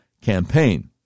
campaign